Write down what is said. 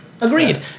Agreed